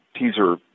teaser